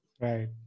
Right